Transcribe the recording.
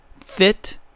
fit